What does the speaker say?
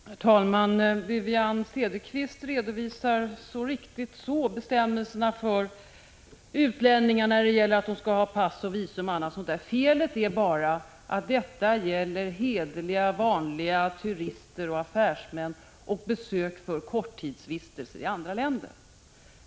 Herr talman! Wivi-Anne Cederqvist redovisar helt riktigt de bestämmelser som säger att utlänningar skall ha pass, visum och annat sådant. Felet är bara att detta gäller för vanliga turister och affärsmän och för korttidsvistelser i andra länder.